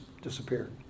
Disappeared